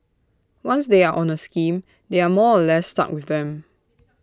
once they are on A scheme they are more or less stuck with them